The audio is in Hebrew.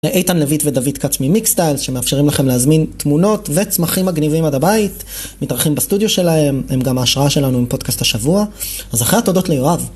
לאיתן לויט ודוד קאץ' ממיק סטיילס, שמאפשרים לכם להזמין תמונות וצמחים מגניבים עד הבית. מתארחים בסטודיו שלהם, הם גם ההשראה שלנו עם פודקאסט השבוע. אז אחרי התודות ליואב.